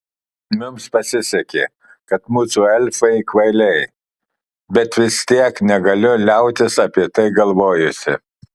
mums pasisekė kad mūsų elfai kvailiai bet vis tiek negaliu liautis apie tai galvojusi